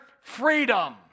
Freedom